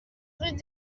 rue